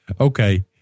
Okay